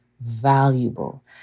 valuable